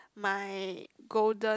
my golden